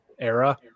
era